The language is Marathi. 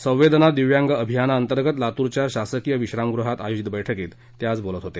संवेदना दिव्यांग अभियाना अंतर्गत लातूरच्या शासकीय विश्रामगृहात आयोजित बैठकीत ते बोलत होते